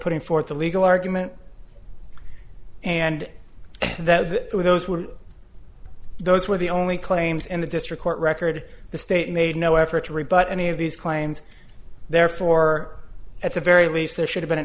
putting forth a legal argument and that those were those were the only claims in the district court record the state made no effort to rebut any of these claims therefore at the very least there should have been an